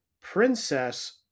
princess